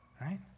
right